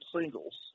singles